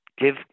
give